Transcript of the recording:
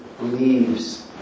leaves